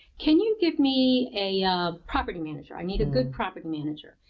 can you give me a a property manager? i need a good property manager.